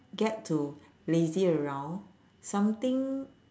get to lazy around something